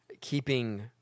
keeping